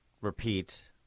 repeat